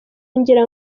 ngira